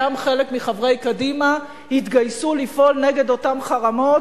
גם חלק מחברי קדימה התגייסו לפעול נגד אותם חרמות